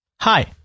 Hi